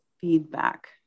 feedback